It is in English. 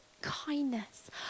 Kindness